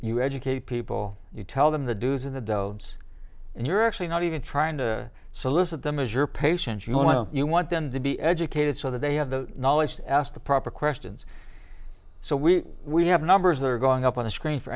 you educate people you tell them the do's in the doubts and you're actually not even trying to solicit them as your patients you want to you want them to be educated so that they have the knowledge to ask the proper questions so we we have numbers that are going up on the screen for